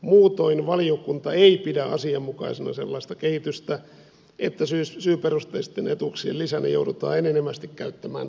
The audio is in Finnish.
muutoin valiokunta ei pidä asianmukaisena sellaista kehitystä että syyperusteisten etuuksien lisänä joudutaan enenevästi käyttämään toimeentulotukea